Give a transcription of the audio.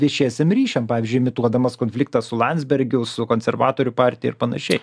viešiesiem ryšiam pavyzdžiui imituodamas konfliktą su landsbergiu su konservatorių partija ir panašiai